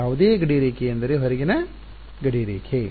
ಯಾವುದೇ ಗಡಿರೇಖೆ ಎಂದರೆ ಹೊರಗಿನ ಗಡಿರೇಖೆ